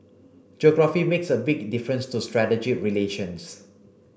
geography makes a big difference to strategic relations